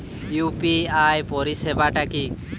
UPI পরিসেবাটা কি?